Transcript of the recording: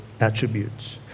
attributes